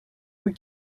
were